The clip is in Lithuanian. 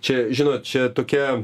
čia žinot čia tokia